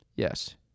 Yes